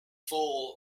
full